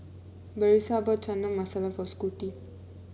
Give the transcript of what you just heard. Brisa bought Chana Masala for Scotty